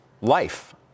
life